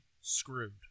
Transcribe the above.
screwed